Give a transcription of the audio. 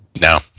No